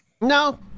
No